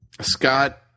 Scott